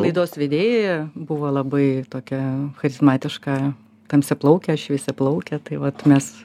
laidos vedėja buvo labai tokia charizmatiška tamsiaplaukė šviesiaplaukė tai vat mes